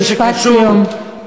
משפט סיום.